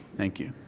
thank you.